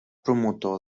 promotor